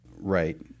Right